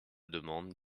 demande